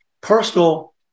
personal